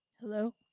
Hello